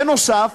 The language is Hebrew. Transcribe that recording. בנוסף,